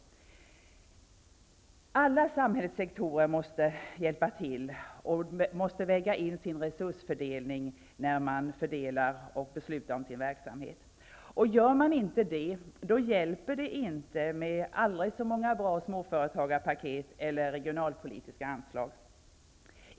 Inom alla samhällssektorer måste man hjälpa till och väga in resursfördelningen när man beslutar om sin verksamhet. Gör man inte detta hjälper det inte med aldrig så många bra småföretagarepaket eller regionalpolitiska anslag.